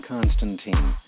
Constantine